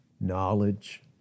Knowledge